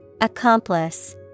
Accomplice